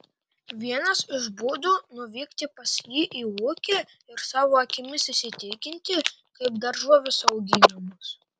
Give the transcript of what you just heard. vienas iš būdų nuvykti pas jį į ūkį ir savo akimis įsitikinti kaip daržovės auginamos